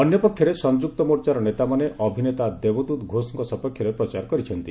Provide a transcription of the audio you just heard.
ଅନ୍ୟ ପକ୍ଷରେ ସଂଯୁକ୍ତ ମୋର୍ଚ୍ଚାର ନେତାମାନେ ଅଭିନେତା ଦେବଦୁତ ଘୋଷଙ୍କ ସପକ୍ଷରେ ପ୍ରଚାର କରିଛନ୍ତି